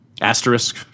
Asterisk